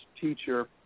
teacher